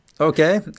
Okay